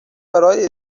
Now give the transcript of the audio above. برای